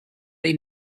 they